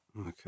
Okay